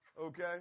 Okay